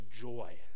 joy